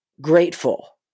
grateful